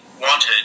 wanted